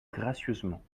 gracieusement